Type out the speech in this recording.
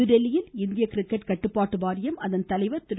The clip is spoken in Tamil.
புதுதில்லியில் இந்திய கிரிக்கெட் கட்டுப்பாட்டு வாரியம் அதன் தலைவர் திரு